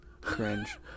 cringe